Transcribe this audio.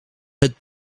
het